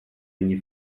ogni